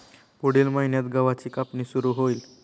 पुढील महिन्यात गव्हाची कापणी सुरू होईल